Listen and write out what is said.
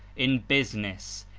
in business,